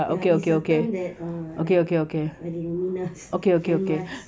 ya it's a term that ah like minah